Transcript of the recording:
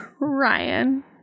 Ryan